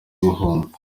guhunga